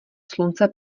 slunce